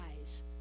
eyes